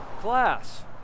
class